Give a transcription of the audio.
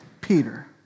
Peter